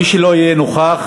מי שלא יהיה נוכח,